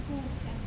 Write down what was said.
不想